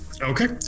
okay